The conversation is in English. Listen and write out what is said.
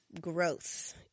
growth